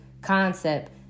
concept